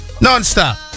Non-stop